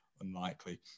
unlikely